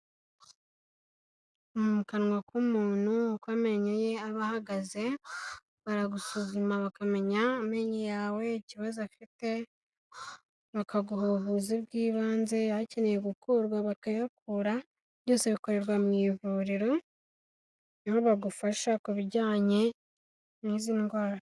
Mu kanwa k'umuntu uko amenyo ye aba ahagaze, baragusuzuma bakamenya amenyo yawe ikibazo afite, bakaguha ubuvuzi bw'ibanze, akeneye gukurwa bakayakura, byose bikorerwa mu ivuriro ni ho bagufasha ku bijyanye n'izi ndwara.